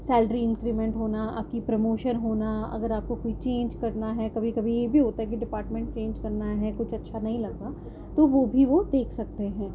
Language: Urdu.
سیلری انکریمنٹ ہونا آپ کی پروموشن ہونا اگر آپ کو کوئی چینج کرنا ہے کبھی کبھی یہ بھی ہوتا ہے کہ ڈپارٹمنٹ چینج کرنا ہے کچھ اچھا نہیں لگا تو وہ بھی وہ دیکھ سکتے ہیں